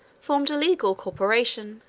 formed a legal corporation,